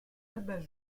abat